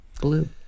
blue